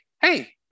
hey